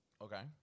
Okay